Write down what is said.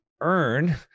earn